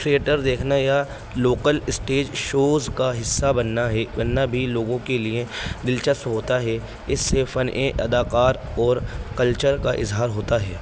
theatre دیکھنا یا local stage shows کا حصہ بننا ہے بننا بھی لوگوں کے لیے دلچسپ ہوتا ہے اس سے فن اداکار اور کلچر کا اظہار ہوتا ہے